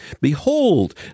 Behold